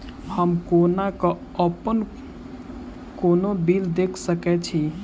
हम कोना कऽ अप्पन कोनो बिल देख सकैत छी?